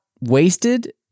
wasted